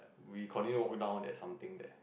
we continue own out at something there